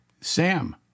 Sam